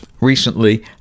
recently